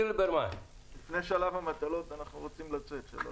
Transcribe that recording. לפני שלב המטלות אנחנו רוצים לצאת.